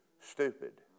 stupid